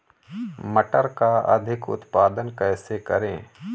मटर का अधिक उत्पादन कैसे करें?